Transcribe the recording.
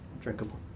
drinkable